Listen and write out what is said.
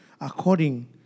According